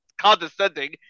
condescending